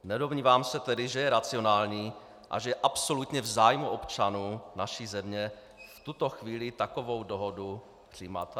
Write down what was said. Nedomnívám se tedy, že je racionální a že je absolutně v zájmu občanů naší země v tuto chvíli takovou dohodu přijímat a ratifikovat.